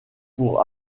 pour